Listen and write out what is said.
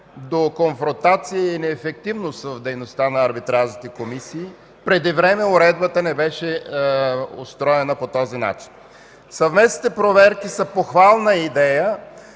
до конфронтация и неефективност в дейността на арбитражните комисии. Преди време уредбата не беше устроена по този начин. Съвместните проверки са похвална идея,